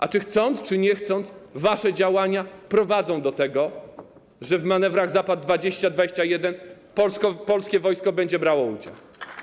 A chcąc czy nie chcąc, wasze działania prowadzą do tego, że w manewrach Zapad 2021 polskie wojsko będzie brało udział.